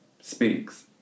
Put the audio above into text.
speaks